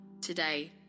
Today